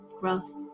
growth